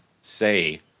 say